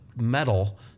metal